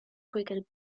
cricket